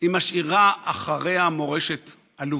היא משאירה אחריה מורשת עלובה.